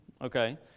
Okay